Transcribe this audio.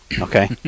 Okay